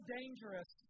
dangerous